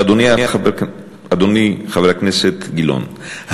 אדוני חבר הכנסת גילאון,